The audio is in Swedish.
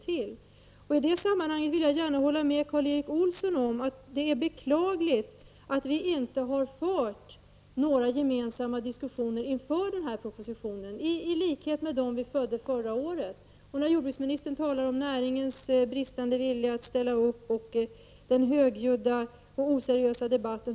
I det sammanhanget vill jag gärna hålla med Karl Erik Olsson om att det är beklagligt att vi inte har fört några gemensamma diskussioner inför denna proposition, på det sätt som vi gjorde förra året. Jordbruksministern talar om näringens bristande vilja att ställa upp och om den högljudda och oseriösa debatten.